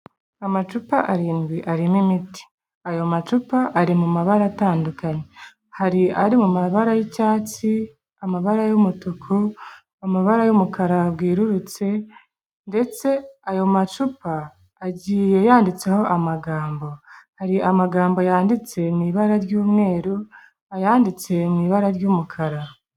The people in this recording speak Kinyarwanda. Amacupa arindwi, arimo imiti. Ayo macupa ari mu mabara atandukanye. Hari ari mu mabara y'icyatsi, amabara y'umutuku, amabara y'umukara bwerurutse, ndetse ayo macupa, agiye yanyanditseho amagambo. Hari amagambo yanditse mu ibara ry'umweru, ayanditse mu ibara ry'umukara.